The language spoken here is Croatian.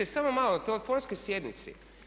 Samo malo, telefonskoj sjednici.